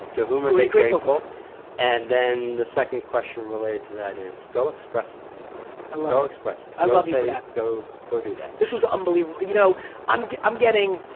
to whom are they grateful and then the second question related to that is go express. and go express. i love like that. go go do that. this was unbelievable. you know um i'm getting